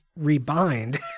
rebind